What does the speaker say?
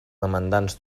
demandants